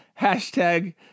hashtag